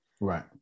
right